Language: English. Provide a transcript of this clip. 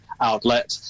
outlet